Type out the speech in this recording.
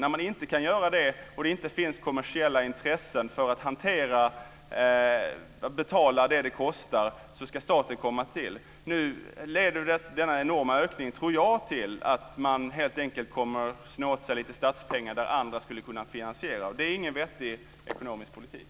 Om man inte kan göra det och om det inte finns kommersiella intressen som kan betala vad saneringen kostar, ska staten träda in. Jag tror att den enorma ökningen leder till att man kommer att sno åt sig lite av statliga medel även där andra skulle kunna stå för finansieringen. Det är inte en vettig ekonomisk politik.